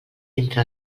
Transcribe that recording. entre